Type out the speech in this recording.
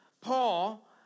Paul